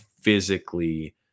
physically